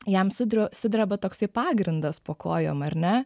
jam sudre sudreba toksai pagrindas po kojom ar ne